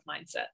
mindset